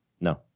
No